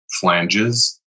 flanges